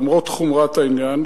למרות חומרת העניין?